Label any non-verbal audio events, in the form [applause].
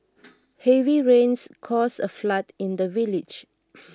[noise] heavy rains caused a flood in the village